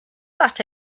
that